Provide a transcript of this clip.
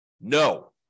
no